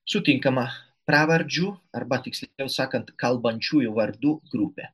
sutinkama pravardžių arba tiksliau sakant kalbančiųjų vardų grupė